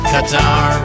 Qatar